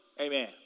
Amen